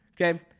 okay